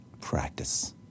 practice